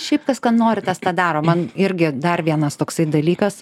šiaip kas ką nori tas tą daro man irgi dar vienas toksai dalykas